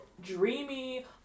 Dreamy